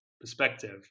perspective